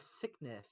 sickness